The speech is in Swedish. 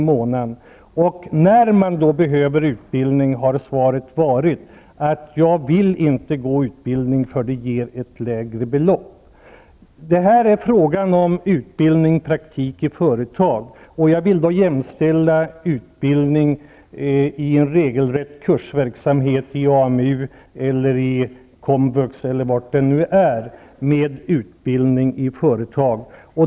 i månaden och sedan behöver utbildning, svarar att de inte vill gå på utbildning eftersom det ger ett lägre belopp. Här är det fråga om utbildning och praktik i företag. Jag vill då jämställa utbildning i regelrätt kursverksamhet i AMU eller komvux med utbildning i företag.